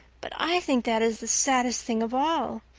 but i think that is the saddest thing of all.